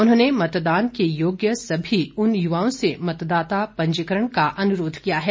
उन्होंने मतदान के योग्य सभी उन युवाओं से मतदाता पंजीकरण का अनुरोध किया है